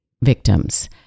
victims